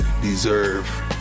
deserve